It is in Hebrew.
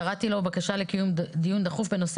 קראתי לו "בקשה לקיום דיון דחוף בנושא